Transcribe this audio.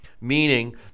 meaning